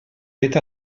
vet